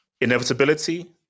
Inevitability